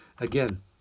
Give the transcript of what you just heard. again